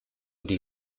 die